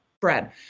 bread